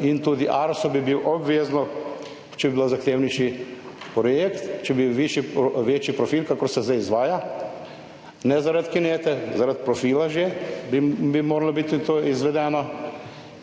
In tudi ARSO bi bil obvezno, če bi bila zahtevnejši projekt, če bi bil višji, večji profil, kakor se zdaj izvaja, ne zaradi kinete, zaradi profila že bi moralo biti to izvedeno